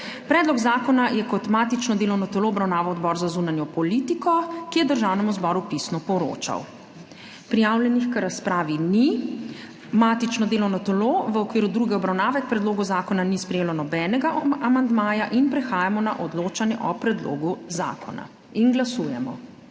Predlog zakona je kot matično delovno telo obravnaval Odbor za zunanjo politiko, ki je Državnemu zboru pisno poročal. Prijavljenih k razpravi ni. Matično delovno telo v okviru druge obravnave k predlogu zakona ni sprejelo nobenega amandmaja. Prehajamo na odločanje o predlogu zakona. Glasujemo.